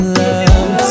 love